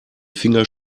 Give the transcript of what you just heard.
finger